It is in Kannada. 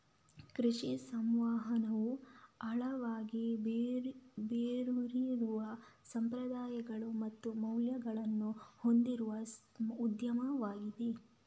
ಕೃಷಿ ಸಂವಹನವು ಆಳವಾಗಿ ಬೇರೂರಿರುವ ಸಂಪ್ರದಾಯಗಳು ಮತ್ತು ಮೌಲ್ಯಗಳನ್ನು ಹೊಂದಿರುವ ಉದ್ಯಮವಾಗಿದೆ